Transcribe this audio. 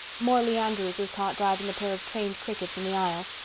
morley andrews was caught driving a pair of trained crickets in the aisle.